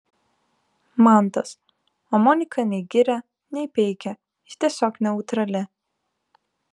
mantas o monika nei giria nei peikia ji tiesiog neutrali